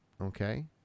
Okay